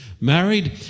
married